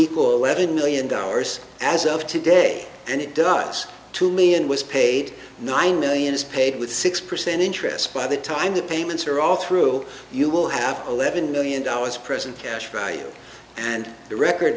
equal eleven million dollars as of today and it does to me and was paid nine million is paid with six percent interest by the time the payments are all through you will have eleven million dollars present cash value and the record